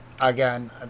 Again